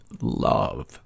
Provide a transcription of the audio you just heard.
love